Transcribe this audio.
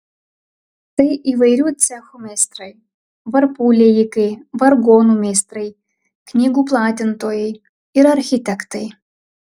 tai įvairių cechų meistrai varpų liejikai vargonų meistrai knygų platintojai ir architektai